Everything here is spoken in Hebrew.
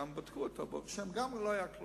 בדקו אותו, וברוך השם, גם לא היה כלום.